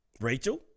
Rachel